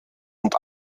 und